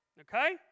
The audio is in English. Okay